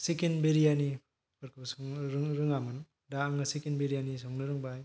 chicken biryani फोरखौ संनो रोङामोन दा आं चिकेन बिरियानि खौ संनो रोंबाय